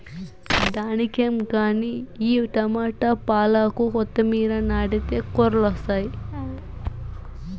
దానికేం గానీ ఈ టమోట, పాలాకు, కొత్తిమీర నాటితే కూరలొస్తాయి